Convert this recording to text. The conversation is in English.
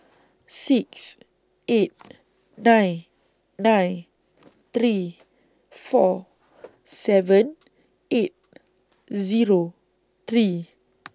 six eight nine nine three four seven eight Zero three